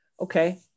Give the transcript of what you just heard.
Okay